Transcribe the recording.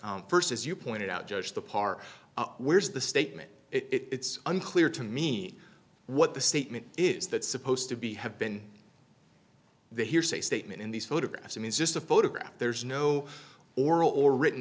first as you pointed out judge the par where's the statement it's unclear to me what the statement is that supposed to be have been the hearsay statement in these photographs and it's just a photograph there's no oral or written